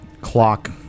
clock